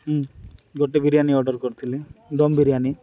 ଗୋଟେ ବିରିୟାନୀ ଅର୍ଡ଼ର କରିଥିଲି ଦମ୍ ବିରିୟାନୀ